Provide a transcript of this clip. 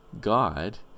God